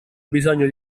bisogno